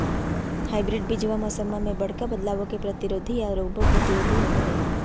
hybrid बीजावा मौसम्मा मे बडका बदलाबो के प्रतिरोधी आ रोगबो प्रतिरोधी होबो हई